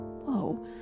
Whoa